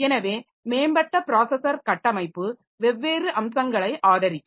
எனவே மேம்பட்ட ப்ராஸஸர் கட்டமைப்பு வெவ்வேறு அம்சங்களை ஆதரிக்கும்